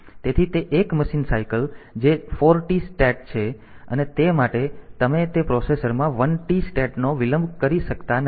તેથી 1 machine cycle fetch cycle fatch cycle જે 4 t state છે અને તે માટે તમે તે પ્રોસેસરમાં 1 t સ્ટેટનો વિલંબ કરી શકતા નથી